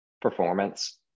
performance